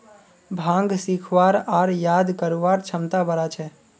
भांग सीखवार आर याद करवार क्षमता बढ़ा छे